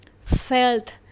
felt